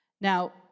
Now